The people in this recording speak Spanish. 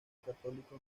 católico